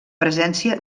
presència